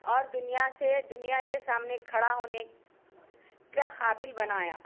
اور دنیا سے دنیا کے سامنے کھڑا ہونے کے قابل بنایا